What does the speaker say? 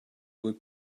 would